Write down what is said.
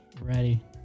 Ready